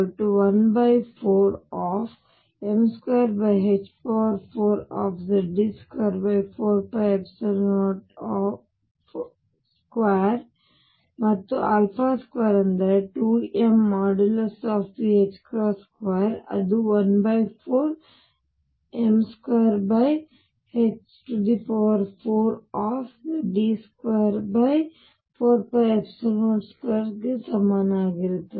ಮತ್ತು 2 ಅಂದರೆ 2mE2 ಅದು 14m24Ze24π02 ಸಮವಾಗಿರುತ್ತದೆ